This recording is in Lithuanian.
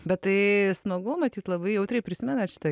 bet tai smagu matyt labai jautriai prisimenat šitą